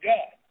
God